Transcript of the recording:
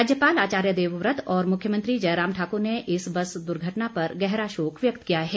राज्यपाल आचार्य देवव्रत और मुख्यमंत्री जयराम ठाकुर ने इस बस दुर्घटना पर गहरा शोक व्यक्त किया है